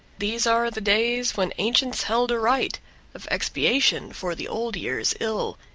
these are the days when ancients held a rite of expiation for the old year's ill,